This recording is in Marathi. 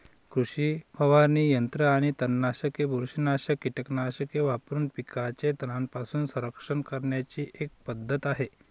कृषी फवारणी यंत्र ही तणनाशके, बुरशीनाशक कीटकनाशके वापरून पिकांचे तणांपासून संरक्षण करण्याची एक पद्धत आहे